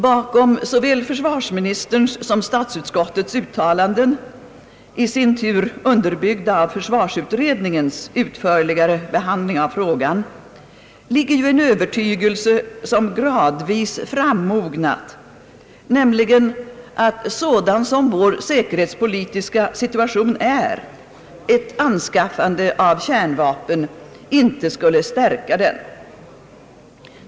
Bakom såväl försvarsministerns som statsutskottets uttalanden — i sin tur underbyggda av försvarsutredningens utförligare behandling av frågan — ligger ju en övertygelse som gradvis frammognat, nämligen att sådan som vår säkerhetspolitiska situation är, ett anskaffande av kärnvapen inte skulle stärka den.